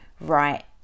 right